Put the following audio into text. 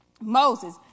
Moses